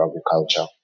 agriculture